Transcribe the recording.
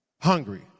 Hungry